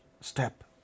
step